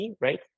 right